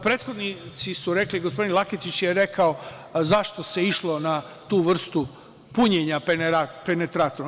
Prethodnici su rekli, odnosno gospodin Laketić je rekao zašto se išlo na tu vrstu punjenja penetratora.